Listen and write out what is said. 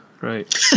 right